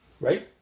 Right